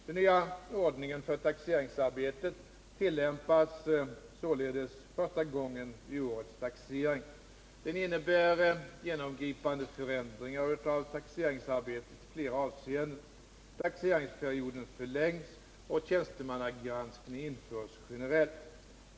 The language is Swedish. Den nya ordningen för taxeringsarbetet tillämpas således första gången vid årets taxering. Den innebär genomgripande förändringar av taxeringsarbetet i flera avseenden. Taxeringsperioden förlängs, och tjänstemannagranskning införs generellt.